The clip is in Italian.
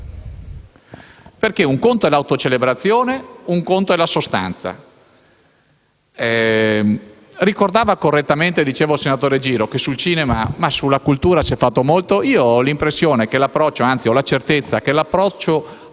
Infatti un conto è l'autocelebrazione e un conto è la sostanza. Ricordava correttamente il senatore Giro che sul cinema e sulla cultura si è fatto molto. Ho l'impressione, anzi la certezza, che l'approccio